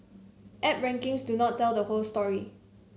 app rankings do not tell the whole story